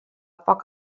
poc